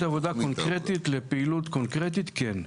העבודה קונקרטית לפעילות קונקרטית כן.